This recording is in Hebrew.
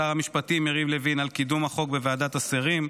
לשר המשפטים יריב לוין על קידום החוק בוועדת השרים,